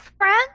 friend